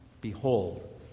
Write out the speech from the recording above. Behold